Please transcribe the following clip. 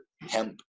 hemp